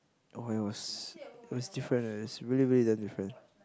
oh it was it was different eh it's really really damn different